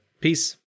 Peace